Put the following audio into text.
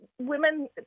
Women